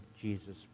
Jesus